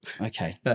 Okay